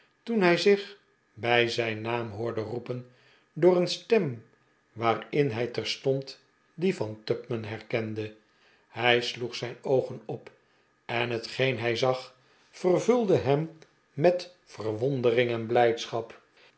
toen hij zich bij zijn naam hoorde roepen door een stem waarin hij terstond die van tupman herkende hij sloeg zijn oogen op en hetgeen hij zag vervulde hem met verwondering en blijdschap